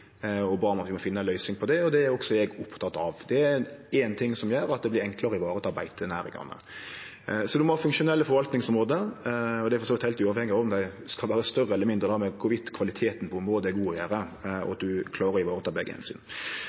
det. Det er også eg oppteken av. Det er ein ting som gjer at det vert enklare å vareta beitenæringane. Ein må ha funksjonelle forvaltningsområde, og det er for så vidt heilt uavhengig av om dei skal vere større eller mindre, men det har å gjere med om kvaliteten på området er god, og at ein klarer å vareta begge